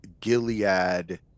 Gilead